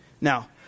Now